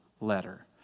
letter